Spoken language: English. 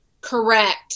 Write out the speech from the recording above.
Correct